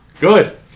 Good